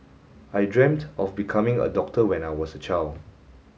I dreamt of becoming a doctor when I was a child